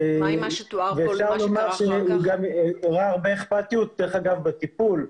אפשר לומר שהוא הראה גם הרבה אכפתיות בטיפול.